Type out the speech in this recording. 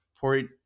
point